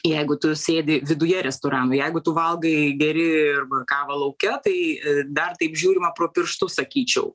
jeigu tu sėdi viduje restorano jeigu tu valgai geri arba kavą lauke tai dar taip žiūrima pro pirštus sakyčiau